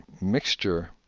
mixture